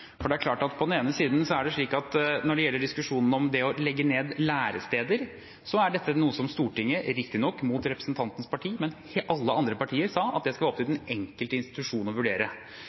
for det er klart at på den ene siden er det slik at når det gjelder diskusjonen om det å legge ned læresteder, så er dette noe som Stortinget – riktignok mot representantens parti, men med alle andre partier – sa at skal være opp til den enkelte institusjon å vurdere.